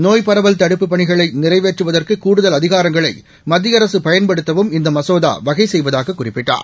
நோய்ப் பரவல் தடுப்புப் பணிகளை நிறைவேற்றுவதற்கு கூடுதல் அதிகாரங்களை மத்திய அரசு பயன்படுத்தவும் இந்த மசோதா வகை செய்வதாக குறிப்பிட்டார்